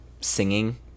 singing